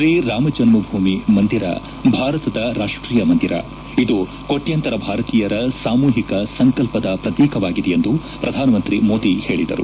ಶ್ರೀರಾಮ ಜನ್ಜಭೂಮಿ ಮಂದಿರ ಭಾರತದ ರಾಷ್ಷೀಯ ಮಂದಿರ ಇದು ಕೋಟ್ಯಾಂತರ ಭಾರತೀಯರ ಸಾಮೂಹಿಕ ಸಂಕಲ್ಪದ ಪ್ರತೀಕವಾಗಿದೆ ಎಂದು ಪ್ರಧಾನಮಂತ್ರಿ ಮೋದಿ ಹೇಳಿದರು